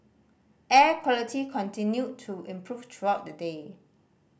air quality continued to improve throughout the day